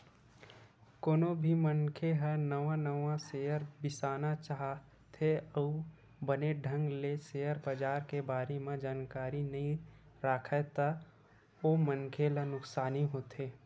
कोनो भी मनखे ह नवा नवा सेयर बिसाना चाहथे अउ बने ढंग ले सेयर बजार के बारे म जानकारी नइ राखय ता ओ मनखे ला नुकसानी होथे ही